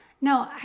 No